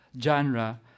genre